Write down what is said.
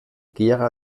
gera